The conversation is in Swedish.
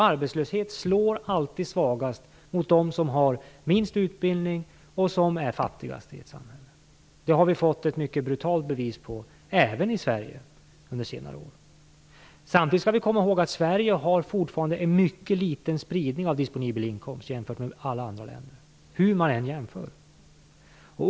Arbetslöshet slår alltid hårdast mot dem som har minst utbildning och som är fattigast i samhället. Det har vi fått ett mycket brutalt bevis på även i Sverige under senare år. Samtidigt skall vi komma ihåg att Sverige fortfarande har en mycket liten spridning av disponibel inkomst jämfört med alla andra länder hur man än jämför.